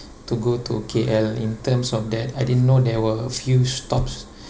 to go to K_L in terms of that I didn't know there were a few stops